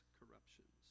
corruptions